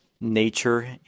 nature